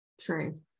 True